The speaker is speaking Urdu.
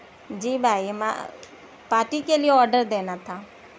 جی بھائی پارٹی کے لیے آڈر دینا تھا